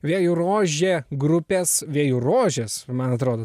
vėjų rožė grupes vėjų rožės man atrodo